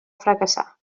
fracassar